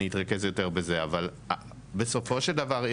אני אתרכז יותר בזה אבל בסופו של דבר,